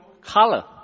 color